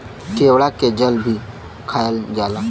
केवड़ा के जल भी खायल जाला